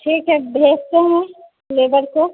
ठीक है भेजते हैं लेबर को